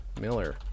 Miller